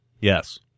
Yes